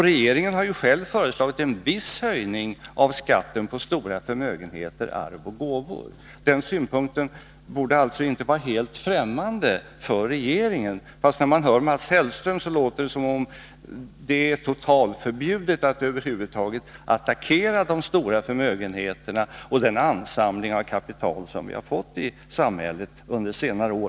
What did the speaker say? Regeringen har ju Onsdagen den själv föreslagit en viss höjning av skatten på stora förmögenheter, arv och 15 december 1982 gåvor. Den synpunkten borde alltså inte vara helt ffrämmande för regeringen. Fast när man lyssnar på Mats Hellström verkar det som om det är totalförbjudet att över huvud taget attackera de stora förmögenheterna och den ansamling av kapital på ett litet antal händer som vi har fått i samhället under senare år.